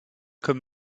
comme